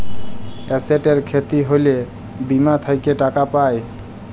এসেটের খ্যতি হ্যলে বীমা থ্যাকে টাকা পাই